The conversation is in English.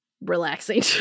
relaxing